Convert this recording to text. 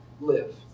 live